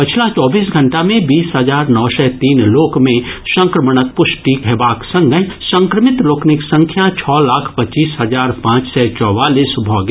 पछिला चौबीस घंटा मे बीस हजार नओ सय तीन लोक मे संक्रमणक पुष्टिक हेबाक संगहि संक्रमित लोकनिक संख्या छओ लाख पच्चीस हजार पांच सय चौवालीस भऽ गेल